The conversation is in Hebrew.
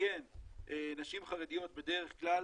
שמאפיינת נשים חרדיות בדרך כלל,